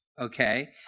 okay